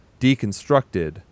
deconstructed